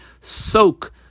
soak